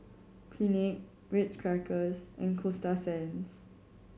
Clinique Ritz Crackers and Coasta Sands